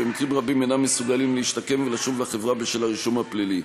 שבמקרים רבים אינם מסוגלים להשתקם ולשוב לחברה בשל הרישום הפלילי.